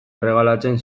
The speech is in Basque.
erregalatzen